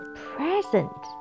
present 。